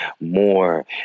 more